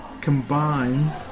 combine